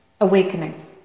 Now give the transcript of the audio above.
awakening